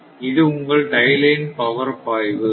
இது உங்கள் tie line power பாய்வு